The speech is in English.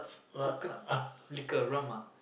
coconut liquor rum ah